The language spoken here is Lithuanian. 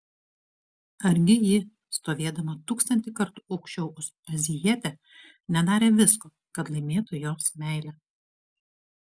argi ji stovėdama tūkstantį kartų aukščiau už azijietę nedarė visko kad laimėtų jos meilę